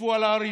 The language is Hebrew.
ישבו על ההרים.